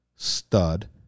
stud